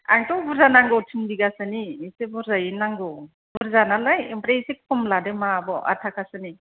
आंथ' बुरजा नांगौ थिन बिगासोनि एसे बुरजा नालाय ओमफ्राय एसे खम लादो मा आब' आथ थाखासोनि